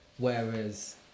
Whereas